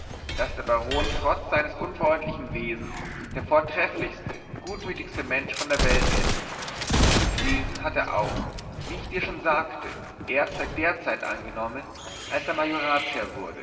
daß der baron trotz seines unfreundlichen wesens der vortrefflichste gutmütigste mensch von der welt ist dieses wesen hat er auch wie ich dir schon sagte erst seit der zeit angenommen als er majoratsherr wurde